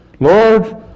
Lord